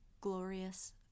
Glorious